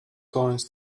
coins